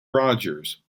rogers